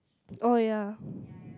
oh ya